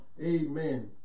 Amen